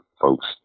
folks